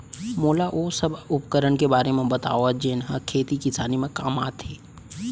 मोला ओ सब उपकरण के बारे म बतावव जेन ह खेती किसानी म काम आथे?